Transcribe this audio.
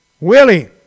Willie